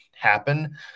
happen